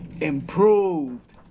improved